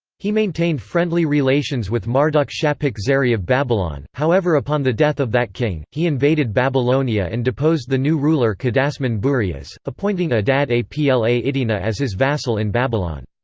he maintained friendly relations with marduk-shapik-zeri of babylon, however upon the death of that king, he invaded babylonia and deposed the new ruler kadasman-burias, appointing adad-apla-iddina as his vassal in babylon.